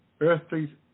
earthly